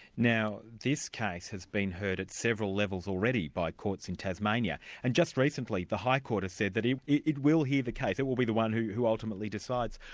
now this case has been heard at several levels already by courts in tasmania, and just recently the high court has said that it it will hear the case, it will be the one who who ultimately decides.